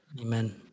amen